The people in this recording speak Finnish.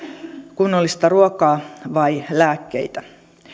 kunnollista ruokaa vai lääkkeitä